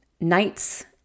nights